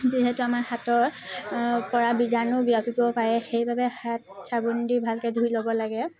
যিহেতু আমাৰ হাতৰ পৰা বিজাণু বিয়পিব পাৰে সেইবাবে হাত চাবোন দি ভালকৈ ধুই ল'ব লাগে